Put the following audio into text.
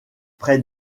près